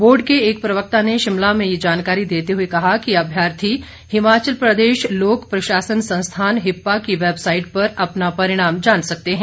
board के एक प्रवक्ता ने शिमला में ये जानकारी देते हुए कहा कि अभ्यार्थी हिमाचल प्रदेश लोक प्रशासन संस्थान हिपा की वैबसाईट पर अपना परिणाम जान सकते हैं